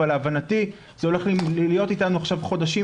אבל להבנתי זה הולך להיות איתנו עכשיו חודשים